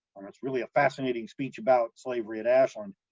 and it's really a fascinating speech about slavery at ashland.